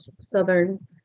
Southern